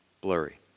blurry